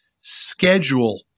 Schedule